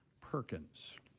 Perkins